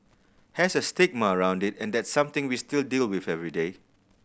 has a stigma around it and that's something we still deal with every day